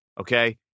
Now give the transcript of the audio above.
okay